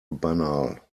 banal